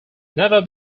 never